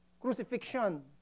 crucifixion